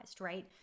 right